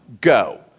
Go